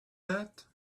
that